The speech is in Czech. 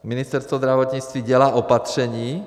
Ministerstvo zdravotnictví dělá opatření.